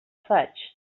faig